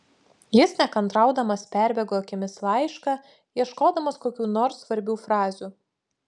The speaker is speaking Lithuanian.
jis nekantraudamas perbėgo akimis laišką ieškodamas kokių nors svarbių frazių